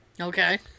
Okay